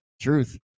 Truth